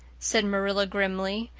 said marilla grimly,